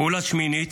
פעולה שמינית,